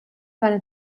seine